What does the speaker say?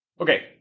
Okay